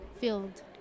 field